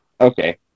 Okay